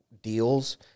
deals